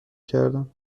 کردم